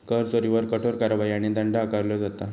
कर चोरीवर कठोर कारवाई आणि दंड आकारलो जाता